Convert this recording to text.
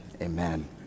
Amen